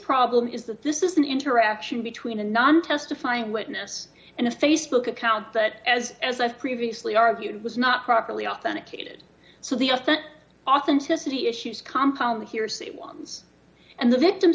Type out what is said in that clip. problem is that this is an interaction between a non testifying witness and a facebook account that as as i've previously argued was not properly authenticated so the us that authenticity issues compound the hearsay ones and the victim